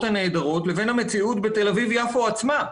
הנהדרות לבין המציאות בתל אביב-יפו עצמה.